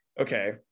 okay